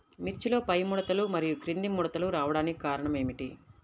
మిర్చిలో పైముడతలు మరియు క్రింది ముడతలు రావడానికి కారణం ఏమిటి?